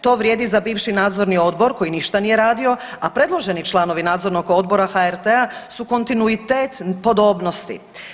To vrijedi i za bivši Nadzorni odbor koji ništa nije radio, a predloženi članovi Nadzornog odbora HRT-a su kontinuitet podobnosti.